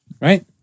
Right